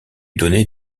donner